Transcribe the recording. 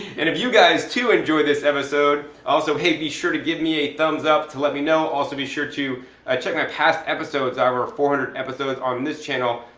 and if you guys too enjoyed this episode also be sure to give me a thumbs up to let me know. also be sure to ah check my past episodes. i've over four hundred episodes on this channel.